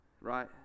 Right